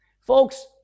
Folks